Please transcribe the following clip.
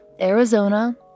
Arizona